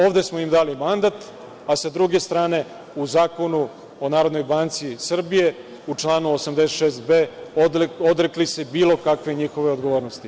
Ovde smo im dali mandat, a sa druge strane u Zakonu o NBS u članu 86b odrekli se bilo kakve njihove odgovornosti.